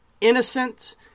innocent